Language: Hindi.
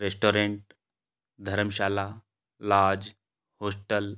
restaurant dharamshala lodge hostel